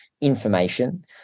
information